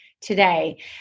today